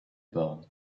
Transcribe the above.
bornes